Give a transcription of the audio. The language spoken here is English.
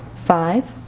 five,